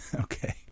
Okay